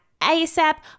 ASAP